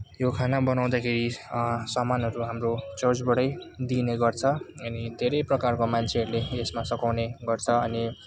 यो खाना बनाउँदाखेरि सामानहरू हाम्रो चर्चबाटै दिने गर्छ अनि धेरै प्रकारको मान्छेहरूले यसमा सघाउने गर्छ अनि